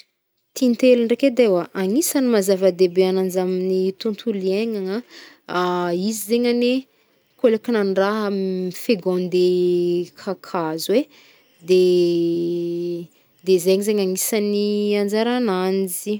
Tintely ndraiky edy eoa, agnisan'ny mazava-debe ananjy amin'ny tontolo iaignagna, izy zegny anie, koa leky nandraha mifekônde kakazo e, de zegny zegny agnisan'ny anjaragnanjy.